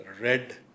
red